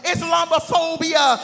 Islamophobia